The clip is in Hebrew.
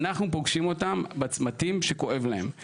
אנחנו פוגשים אותם בצמתים שכואב להם,